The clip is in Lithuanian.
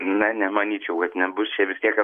na nemanyčiau kad nebus čia vis tiek